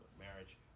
marriage